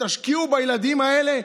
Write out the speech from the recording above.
תשקיעו בילדים האלה,